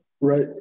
right